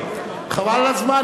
חבל על הזמן.